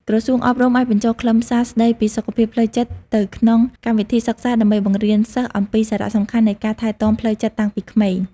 ក្រសួងអប់រំអាចបញ្ចូលខ្លឹមសារស្តីពីសុខភាពផ្លូវចិត្តទៅក្នុងកម្មវិធីសិក្សា ដើម្បីបង្រៀនសិស្សអំពីសារៈសំខាន់នៃការថែទាំផ្លូវចិត្តតាំងពីក្មេង។